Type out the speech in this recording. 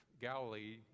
galilee